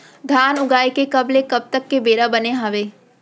धान उगाए के कब ले कब तक के बेरा बने हावय?